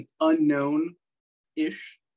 unknown-ish